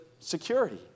Security